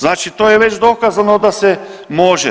Znači to je već dokazano da se može.